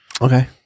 Okay